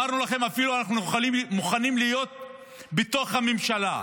אפילו אמרנו לכם: אנחנו מוכנים להיות בתוך הממשלה,